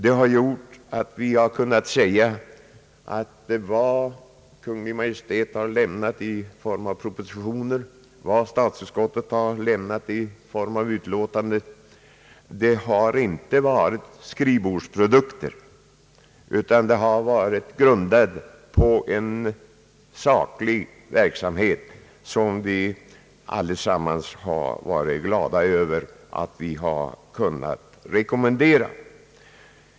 Det har gjort att vi har kunnat säga att vad Kungl. Maj:t har skrivit i propositioner och vad statsutskottet har åstadkommit i form av utlåtanden inte har varit skrivbordsprodukter, utan har grundats på en saklig verksamhet som vi allesammans har varit glada över att ha kunnat rekommendera.